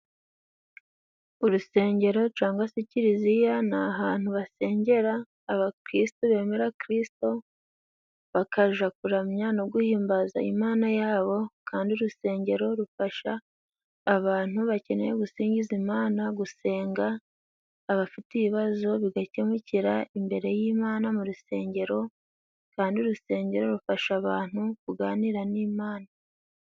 Urusengero cangwa se Kiliziya ni ahantu basengera, abakritu bemera Kristo bakaja kuramya no guhimbaza Imana yabo, kandi urusengero rufasha abantu bakeneye gusingiza Imana gusenga, abafite ibibazo bigakemukira imbere y'Imana mu rusengero kandi urusengero rufasha abantu kuganira n'Imana.